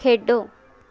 ਖੇਡੋ